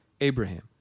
Abraham